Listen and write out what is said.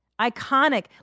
Iconic